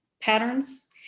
patterns